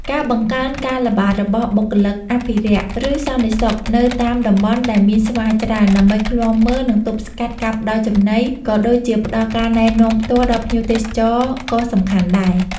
ការបង្កើនការល្បាតរបស់បុគ្គលិកអភិរក្ស ឬសន្តិសុខនៅតាមតំបន់ដែលមានស្វាច្រើន ដើម្បីឃ្លាំមើល និងទប់ស្កាត់ការផ្តល់ចំណី ក៏ដូចជាផ្តល់ការណែនាំផ្ទាល់ដល់ភ្ញៀវទេសចរក៏សំខាន់ដែរ។